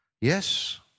Yes